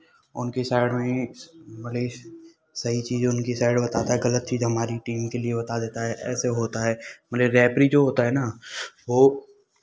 उनकी साइड में ही भले ही सही चीज़ उनकी साइड बताता है गलत चीज़ हमारी टीम के लिए बता देता है ऐसे होता है मने रेफ़री जो होता है ना वो